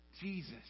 Jesus